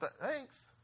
thanks